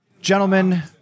Gentlemen